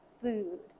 food